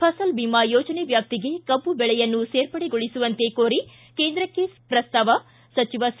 ಫಸಲ್ ಭಿಮಾ ಯೋಜನೆ ವ್ಯಾಪ್ತಿಗೆ ಕಬ್ಬು ಬೆಳೆಯನ್ನು ಸೇರ್ಪಡೆಗೊಳಿಸುವಂತೆ ಕೋರಿ ಕೇಂದ್ರ ಸರ್ಕಾರಕ್ಕೆ ಪ್ರಸ್ತಾವ ಸಚಿವ ಸಿ